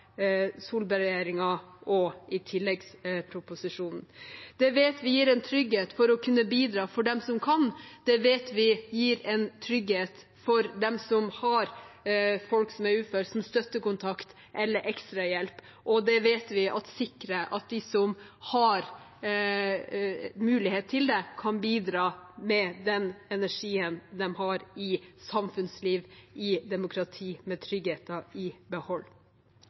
og i tilleggsproposisjonen. Det vet vi gir en trygghet for å kunne bidra for dem som kan. Det vet vi gir en trygghet for dem som har folk som er uføre – som støttekontakt eller ekstrahjelp. Og det vet vi sikrer at de som har mulighet til det, kan bidra med den energien de har – i samfunnsliv, i demokrati – med tryggheten i behold. Det er også et spørsmål om i